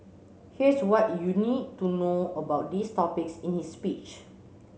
here's what you need to know about these topics in his speech